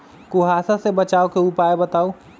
कुहासा से बचाव के उपाय बताऊ?